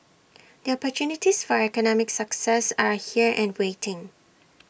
the opportunities for economic success are here and waiting